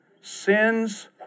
sins